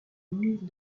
murs